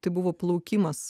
tai buvo plaukimas